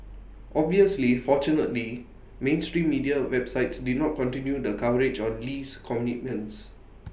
obviously fortunately mainstream media websites did not continue the coverage on Lee's commitments